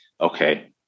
okay